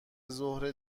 ظهر